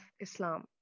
Islam